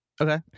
Okay